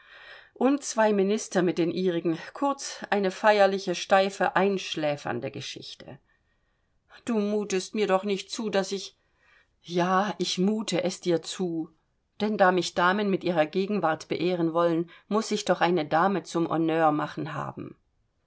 und zwei minister mit den ihrigen kurz eine feierliche steife einschläfernde geschichte da mutest du mir doch nicht zu daß ich ja ich mute es dir zu denn da mich damen mit ihrer gegenwart beehren wollen muß ich doch eine dame zum honneursmachen haben